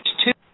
two